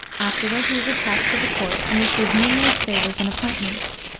afterward he was attached to the court and received numerous favors and appointments.